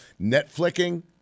Netflixing